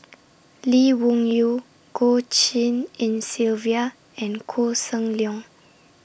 Lee Wung Yew Goh Tshin En Sylvia and Koh Seng Leong